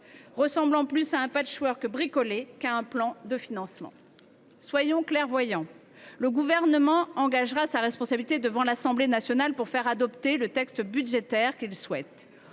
ressemble plus à un bricolé qu’à un plan de financement. Soyons clairvoyants ! Le Gouvernement engagera sa responsabilité devant l’Assemblée nationale pour faire adopter le texte budgétaire qu’il souhaite.